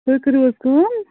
تُہۍ کٔرِو حظ کٲم